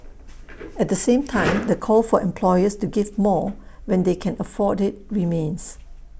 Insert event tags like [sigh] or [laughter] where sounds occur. [noise] at the same time the call for employers to give more when they can afford IT remains